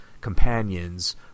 companions